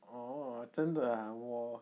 orh 真的 ah 我